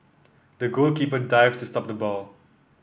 the goalkeeper dived to stop the ball